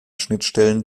schnittstellen